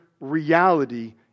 reality